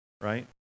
right